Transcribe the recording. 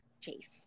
Chase